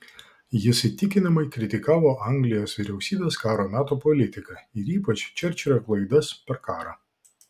jis įtikinamai kritikavo anglijos vyriausybės karo meto politiką ir ypač čerčilio klaidas per karą